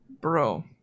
Bro